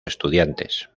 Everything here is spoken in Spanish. estudiantes